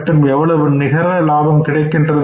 மற்றும் எவ்வளவு நிகரலாபம் கிடைக்கின்றது